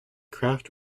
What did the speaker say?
craft